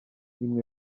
imwe